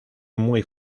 muy